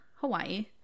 Hawaii